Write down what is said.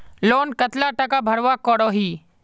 Loan कतला टाका भरवा करोही?